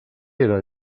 era